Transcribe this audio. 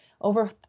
Over